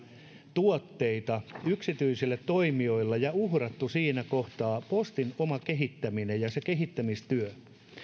tuotteita yksityisille toimijoille ja uhranneet siinä kohtaa postin oman kehittämisen ja kehittämistyön